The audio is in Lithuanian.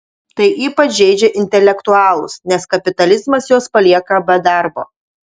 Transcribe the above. tai ypač žeidžia intelektualus nes kapitalizmas juos palieka be darbo